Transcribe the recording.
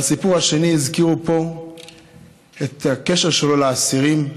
והסיפור השני, הזכירו פה את הקשר שלו לאסירים.